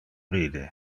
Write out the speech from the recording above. ride